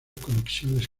conexiones